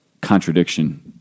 contradiction